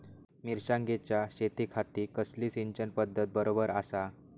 मिर्षागेंच्या शेतीखाती कसली सिंचन पध्दत बरोबर आसा?